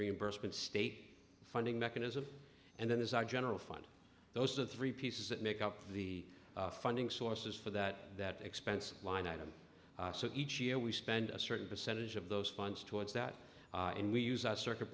reimbursement state funding mechanism and then there's our general fund those are the three pieces that make up the funding sources for that that expense line item so each year we spend a certain percentage of those funds towards that and we use a circuit